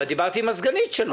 דיברתי עם הסגנית שלו.